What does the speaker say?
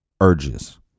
urges